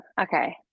okay